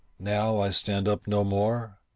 now i stand up no more?